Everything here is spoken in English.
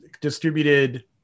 distributed